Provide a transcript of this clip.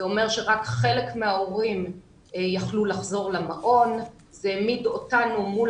זה אומר שרק חלק מההורים יכלו לחזור למעון וזה העמיד אותנו מול